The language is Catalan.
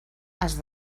has